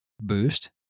boost